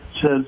says